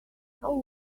how